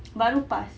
baru passed